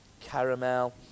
caramel